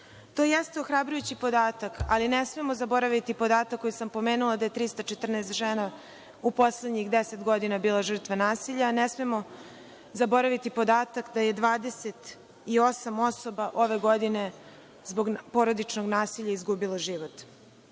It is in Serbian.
To jeste ohrabrujući podatak, ali ne smemo zaboraviti podatak koji sam pomenula da je 314 žena u poslednjih deset godina bile žrtve nasilja, ne smemo zaboraviti podatak da je 28 osoba ove godine zbog porodičnog nasilja izgubilo život. Zato